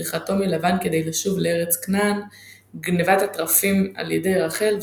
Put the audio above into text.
בריחתו מלבן כדי לשוב לארץ כנען גנבת התרפים על ידי רחל,